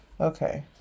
okay